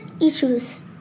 issues